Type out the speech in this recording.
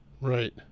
Right